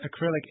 acrylic